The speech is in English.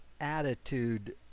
attitude